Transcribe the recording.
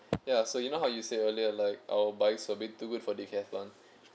ya so you know how you said earlier like our bikes a bit too good for Decathlon